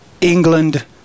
England